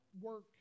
work